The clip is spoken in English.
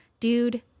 Dude